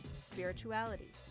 spirituality